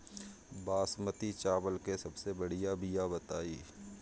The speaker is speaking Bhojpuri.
बासमती चावल के सबसे बढ़िया बिया बताई?